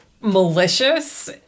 malicious